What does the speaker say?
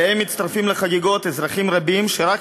אליהם מצטרפים לחגיגות אזרחים רבים שרק